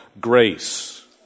grace